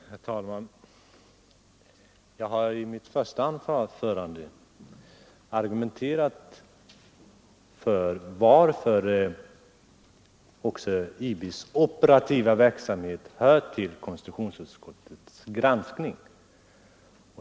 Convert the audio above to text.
Herr talman! Jag har i mitt första anförande argumenterat för meningen att också IB:s operativa verksamhet hör till konstitutionsutskottets granskning.